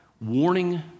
warning